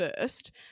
first